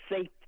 safe